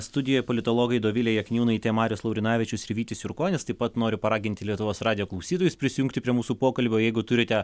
studijoje politologai dovilė jakniūnaitė marius laurinavičius ir vytis jurkonis taip pat noriu paraginti lietuvos radijo klausytojus prisijungti prie mūsų pokalbio jeigu turite